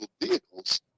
vehicles